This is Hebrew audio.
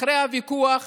אחרי הוויכוח